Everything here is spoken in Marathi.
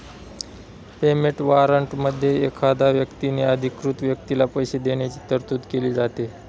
पेमेंट वॉरंटमध्ये एखाद्या व्यक्तीने अधिकृत व्यक्तीला पैसे देण्याची तरतूद केली जाते